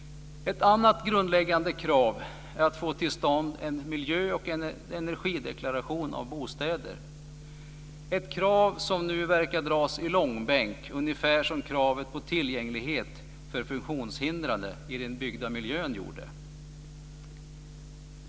Ett annat grundläggande krav är att få till stånd en miljö och energideklaration av bostäder. Det är ett krav som nu verkar dras i långbänk, ungefär som kravet på tillgänglighet för funktionshindrade i den byggda miljön gjorde.